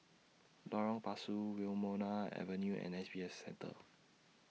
Lorong Pasu Wilmonar Avenue and S B F Center